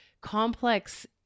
complex